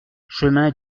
chemin